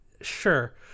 sure